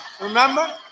remember